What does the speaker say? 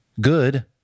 Good